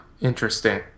interesting